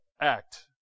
act